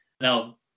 Now